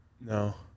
No